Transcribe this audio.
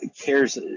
cares